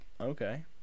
Okay